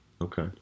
Okay